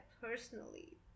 personally